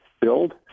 build